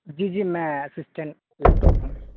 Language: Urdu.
جی جی میں اسسٹینٹ لیپ ٹاپ ہوں